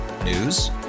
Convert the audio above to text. News